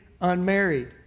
unmarried